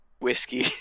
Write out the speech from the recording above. whiskey